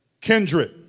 kindred